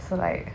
so like